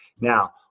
Now